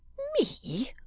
me?